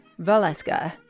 Valeska